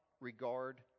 regard